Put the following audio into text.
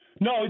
No